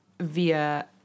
Via